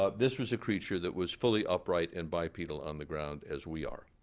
ah this was a creature that was fully upright and bipedal on the ground as we are.